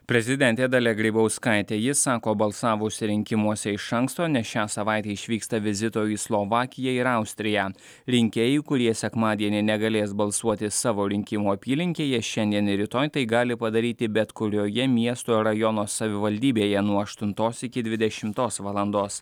prezidentė dalia grybauskaitė ji sako balsavusi rinkimuose iš anksto nes šią savaitę išvyksta vizito į slovakiją ir austriją rinkėjų kurie sekmadienį negalės balsuoti savo rinkimų apylinkėje šiandien ir rytoj tai gali padaryti bet kurioje miesto rajono savivaldybėje nuo aštuntos iki dvidešimtos valandos